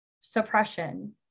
suppression